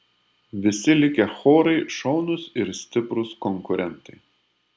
visi likę chorai šaunūs ir stiprūs konkurentai